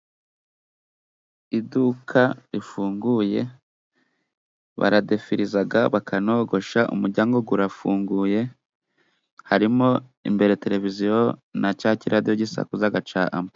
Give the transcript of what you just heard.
Iduka rifunguye, baradefirizaga, bakanogosha. Umuryango gurafunguye, harimo imbere ya televiziyo na cakiradiyo gisakuzaga, ca ampuri.